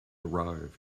arrived